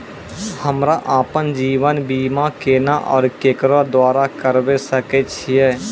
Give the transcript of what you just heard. हमरा आपन जीवन बीमा केना और केकरो द्वारा करबै सकै छिये?